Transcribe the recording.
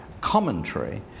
commentary